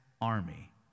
army